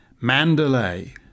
Mandalay